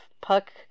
puck